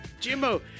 Jimbo